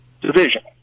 division